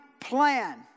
plan